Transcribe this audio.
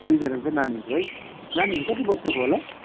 दुईजना चाहिँ नानीहरू है नानीहरू कति वर्षको होला